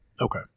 Okay